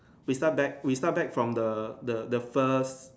we start back we start back from the the the first